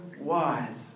wise